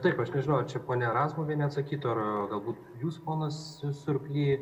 taip aš nežinau ar čia ponia razmuvienė atsakytų ar galbūt jūs ponas surply